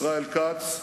ישראל כץ,